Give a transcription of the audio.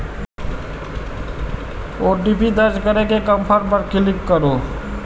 OTP दर्ज करै के कंफर्म पर क्लिक करू